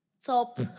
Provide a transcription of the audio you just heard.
top